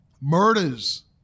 murders